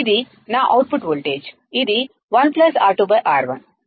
ఇది నా output voltage ఇది 1 R2 R1